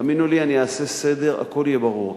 תאמינו לי, אני אעשה סדר, הכול יהיה ברור.